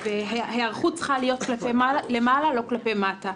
וההיערכות צריכה להיות כלפי מעלה ולא כלפי מטה.